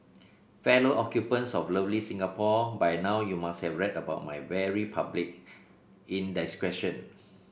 fellow occupants of lovely Singapore by now you must have read about my very public indiscretion